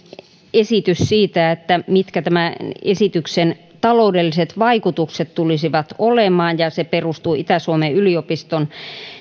esitys siitä mitkä tämän esityksen taloudelliset vaikutukset tulisivat olemaan ja se perustuu itä suomen yliopiston